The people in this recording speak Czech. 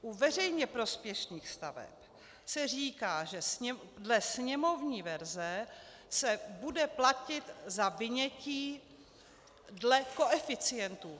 U veřejně prospěšných staveb se říká, že dle sněmovní verze se bude platit za vynětí dle koeficientů.